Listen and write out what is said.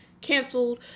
canceled